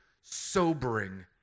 sobering